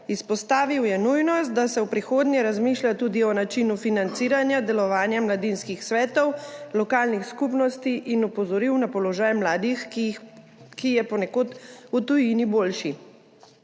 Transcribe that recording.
Izpostavil je nujnost, da se v prihodnje razmišlja tudi o načinu financiranja delovanja mladinskih svetov lokalnih skupnosti, in opozoril na položaj mladih, ki je ponekod v tujini boljši.